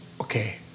okay